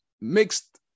mixed